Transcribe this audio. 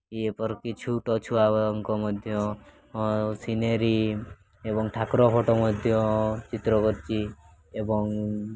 ଏପରିକି ଛୋଟ ଛୁଆଙ୍କ ମଧ୍ୟ ସିନେରୀ ଏବଂ ଠାକୁର ଫଟୋ ମଧ୍ୟ ଚିତ୍ର କରିଛି ଏବଂ